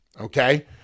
okay